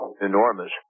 enormous